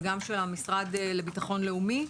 וגם של המשרד לביטחון לאומי.